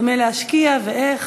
במה להשקיע ואיך,